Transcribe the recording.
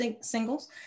singles